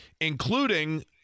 including